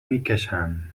میکشن